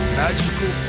magical